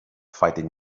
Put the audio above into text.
fighting